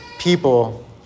people